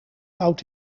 oud